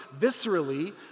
viscerally